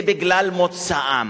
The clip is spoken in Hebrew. זה בגלל מוצאם.